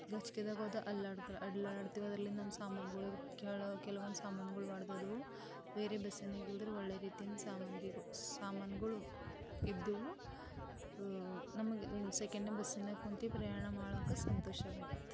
ಅದ್ರಲ್ಲಿಂದ ನಮ್ಮ ಸಾಮಾನುಗಳು ಕೆಳ ಕೆಲವೊಂದು ಸಾಮಾನುಗಳು ಒಡೆದೋದ್ವು ಬೇರೆ ಬಸ್ಸಿನಾಗ ಒಳ್ಳೆ ರೀತಿಯಿಂದ ಸಾಮಾನಿಗೂ ಸಾಮಾನುಗಳು ಇದ್ವು ನಮ್ಗೆ ಸೆಕೆಂಡ್ನೆ ಬಸ್ಸಿನಾಗ ಕುಂತು ಪ್ರಯಾಣ ಮಾಡೋಕೆ ಸಂತೋಷವಾಗಿತ್ತು